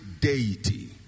deity